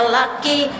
lucky